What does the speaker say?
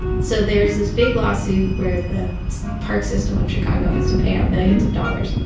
so there's this big lawsuit where the park system of chicago has to pay out millions of dollars.